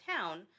town